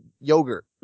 yogurt